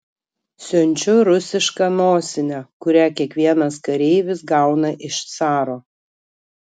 siunčiu rusišką nosinę kurią kiekvienas kareivis gauna iš caro